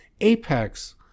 apex